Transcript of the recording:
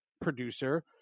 producer